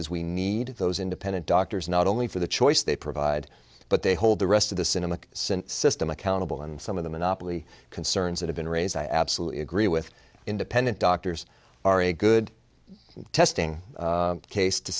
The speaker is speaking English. is we need those independent doctors not only for the choice they provide but they hold the rest of the cinemark synth system accountable and some of the monopoly concerns that have been raised i absolutely agree with independent doctors are a good testing case to